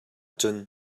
cun